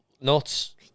nuts